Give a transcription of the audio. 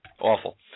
Awful